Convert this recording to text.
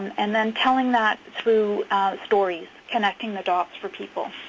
and then telling that through stories, connecting the dots for people.